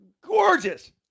gorgeous